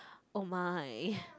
oh my